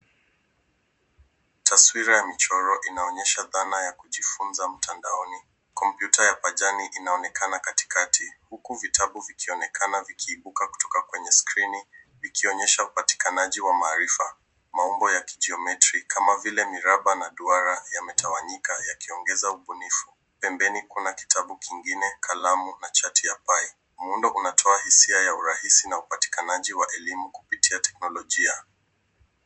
Taswira ya michoro inaonyesha dhana ya kujifunza matandaoni. Kompyuta ya pajani inaonekana katikati huku vitabu vikionekana vikiibuka kutoka kwenye skrini vikionyesha upatikanaji wa maarifa, maumbo yakijometri kama vile miraba na duara yametawanyika yakiongeza ubunifu. Pembeni kuna kitabu kingine, kalamu na chati ya pai. Muundo unatoa hisia ya urahisi na upatikanaji wa elimu kupitia teknolojia.